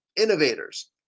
innovators